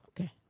okay